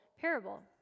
parable